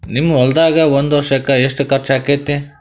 ನಿಮ್ಮ ಹೊಲ್ದಾಗ ಒಂದ್ ವರ್ಷಕ್ಕ ಎಷ್ಟ ಖರ್ಚ್ ಆಕ್ಕೆತಿ?